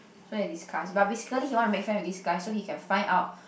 so they discuss but basically he want to make friend with this guy so he can find out